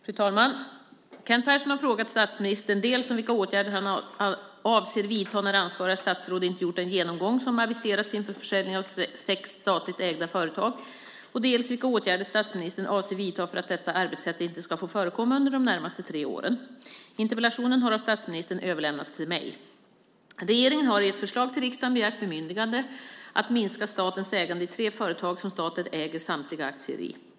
Fru talman! Kent Persson har frågat statsministern dels vilka åtgärder han avser att vidta när ansvariga statsråd inte gjort den genomgång som aviserats inför försäljningen av sex statligt ägda företag, dels vilka åtgärder statsministern avser att vidta för att detta arbetssätt inte ska få förekomma under de närmaste tre åren. Interpellationen har av statsministern överlämnats till mig. Regeringen har i ett förslag till riksdagen begärt bemyndigande att minska statens ägande i tre företag som staten äger samtliga aktier i.